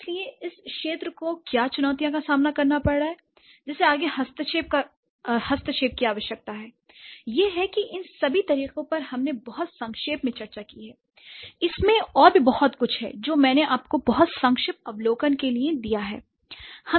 इसलिए इस क्षेत्र को क्या चुनौतियों का सामना करना पड़ रहा है जिसे आगे हस्तक्षेप की आवश्यकता है l यह है कि इन सभी तरीकों पर हमने बहुत संक्षेप में चर्चा की है इसमें और भी बहुत कुछ है जो मैंने आपको बहुत संक्षिप्त अवलोकन के लिए दिया है